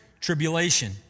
Tribulation